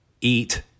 eat